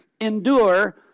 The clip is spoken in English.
endure